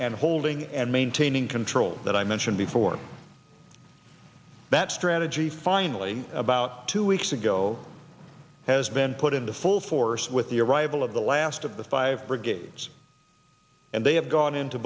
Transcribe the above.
and holding and maintaining control that i mentioned before that strategy finally about two weeks ago has been put into full force with the arrival of the last of the five brigades and they have gone into